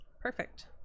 Perfect